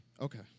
Okay